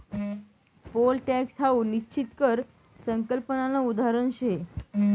pole tax हाऊ निश्चित कर संकल्पनानं उदाहरण शे